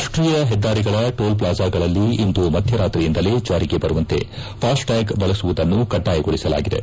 ರಾಷ್ಷೀಯ ಹೆದ್ದಾರಿಗಳ ಟೋಲ್ ಫ್ಲಾಜಾಗಳಲ್ಲಿ ಇಂದು ಮಧ್ಯರಾತ್ರಿಯಿಂದಲೇ ಜಾರಿಗೆ ಬರುವಂತೆ ಫಾಸ್ಟ್ಟ್ಲಾಗ್ ಬಳಸುವುದನ್ನು ಕಡ್ಡಾಯಗೊಳಿಸಲಾಗಿದೆ